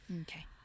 Okay